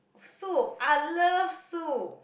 soup I love soup